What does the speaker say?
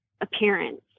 appearance